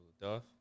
Duff